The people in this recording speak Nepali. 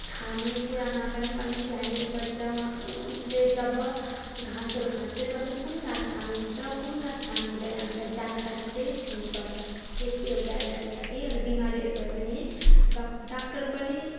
खाने कुरामा पनि अलिक ध्यान दिनुपर्छ उसले जब घाँसहरू खान्छ त्यसमा पनि कुन घाँस खानु हुन्छ कुन घाँस खानु हुँदैन हामीलाई जानकारी चाहिँ हुनु पर्छ यति हो लागि अनि बिमारीहरू भयो भने डाक्टर पनि